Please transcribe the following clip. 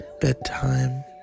bedtime